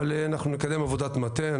אבל נקדם עבודת מטה.